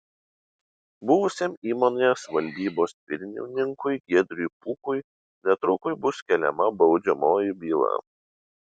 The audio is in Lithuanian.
buvusiam įmonės valdybos pirmininkui giedriui pukui netrukus bus keliama baudžiamoji byla